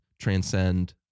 transcend